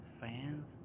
fans